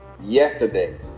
yesterday